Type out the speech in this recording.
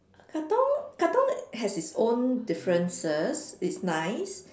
Katong Katong has it's own differences it's nice